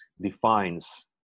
defines